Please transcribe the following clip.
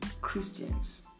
Christians